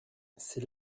c’est